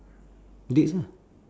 dates ah